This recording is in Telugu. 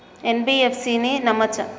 ఎన్.బి.ఎఫ్.సి ని నమ్మచ్చా?